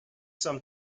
some